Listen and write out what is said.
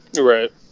Right